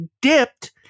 dipped